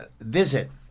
visit